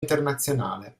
internazionale